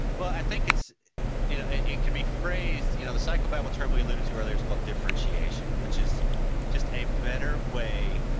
well, i think it's you know it could be phrased you know, the psychobabble term we alluded to others is called differentiation, which is just a better way,